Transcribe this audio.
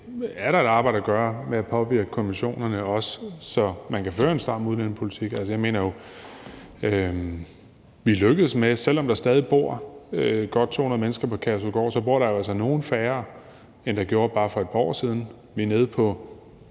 er der et arbejde at gøre med at påvirke konventionerne, også så man kan føre en stram udlændingepolitik. Altså, jeg mener jo, vi er lykkedes med, selv om der stadig bor godt 200 mennesker på Kærshovedgård, at der altså bor nogle færre, end der gjorde for bare et par år siden. Vi er nede på